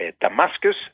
Damascus